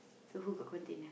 so who got container